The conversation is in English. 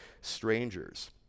strangers